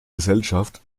gesellschaft